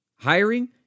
Hiring